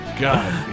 God